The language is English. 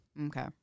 Okay